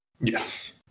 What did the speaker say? Yes